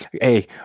hey